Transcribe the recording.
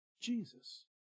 Jesus